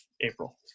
April